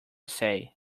say